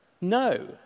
no